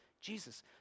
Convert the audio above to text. Jesus